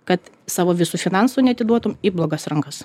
kad savo visų finansų neatiduotum į blogas rankas